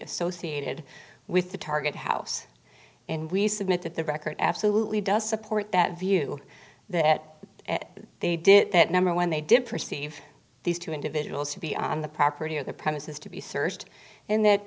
associated with the target house and we submit that the record absolutely does support that view that they did that number when they did perceive these two individuals to be on the property on the premises to be searched and that